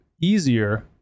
easier